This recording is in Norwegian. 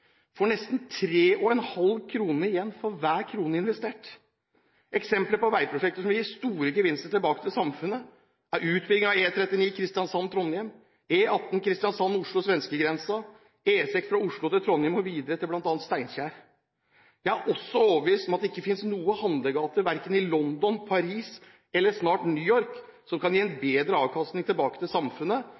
får nesten 3,5 kr igjen for hver krone investert. Eksempler på veiprosjekter som vil gi store gevinster tilbake til samfunnet, er utbygging av E39 Kristiansand–Trondheim, E18 Kristiansand–Oslo–svenskegrensen og E6 Oslo–Trondheim og videre til bl.a. Steinkjer. Jeg er også overbevist om at det ikke finnes noen handlegater verken i London, Paris eller – snart – New York som kan gi en bedre avkastning tilbake til samfunnet